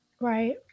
Right